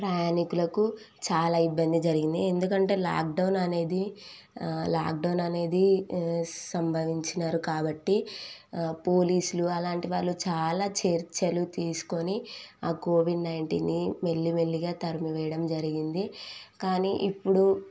ప్రయాణీకులకు చాలా ఇబ్బంది జరిగింది ఎందుకంటే లాక్డౌన్ అనేది లాక్డౌన్ అనేది సంభవించినారు కాబట్టి పోలీసులు అలాంటి వాళ్ళు చాలా చర్యలు తీసుకొని కోవిడ్ నైంటీన్ని మెల్లమెల్లగా తరిమి వేయడం జరిగింది కానీ ఇప్పుడు